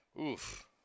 Oof